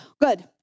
good